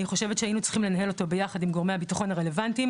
אני חושבת שהיינו צריכים לנהל אותו ביחד עם גורמי הבטחון הרלוונטיים.